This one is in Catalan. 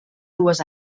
dues